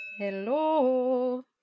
Hello